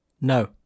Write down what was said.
no